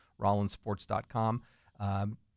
rollinsports.com